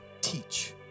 teach